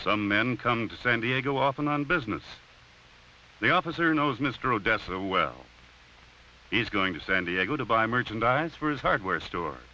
some men come to san diego often on business the officer knows mr odessa well he's going to san diego to buy merchandise for his hardware store